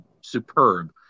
superb